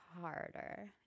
harder